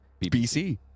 BC